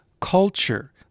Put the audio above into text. culture